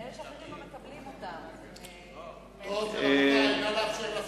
לאלה שאחרים לא מקבלים אותם, רבותי, נא לאפשר לשר.